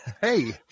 Hey